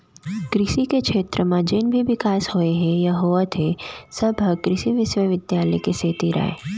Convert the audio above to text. कृसि के छेत्र म जेन भी बिकास होए हे या होवत हे सब ह कृसि बिस्वबिद्यालय के सेती अय